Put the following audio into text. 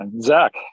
Zach